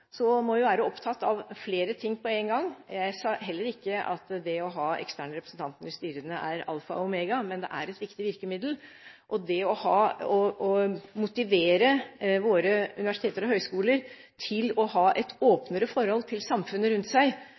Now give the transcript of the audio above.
må vi være opptatt av flere ting på en gang. Jeg sa heller ikke at det å ha eksterne representanter i styrene er alfa og omega, men det er et viktig virkemiddel. Det er også det å motivere våre universiteter og høyskoler til å ha et åpnere forhold til samfunnet rundt seg,